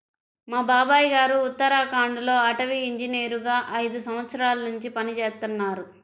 మా బాబాయ్ గారు ఉత్తరాఖండ్ లో అటవీ ఇంజనీరుగా ఐదు సంవత్సరాల్నుంచి పనిజేత్తన్నారు